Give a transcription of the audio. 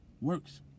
works